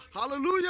Hallelujah